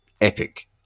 epic